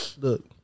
look